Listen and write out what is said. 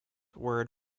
word